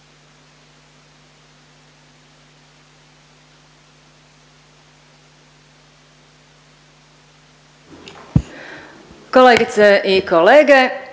kolegice i kolege,